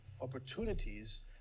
opportunities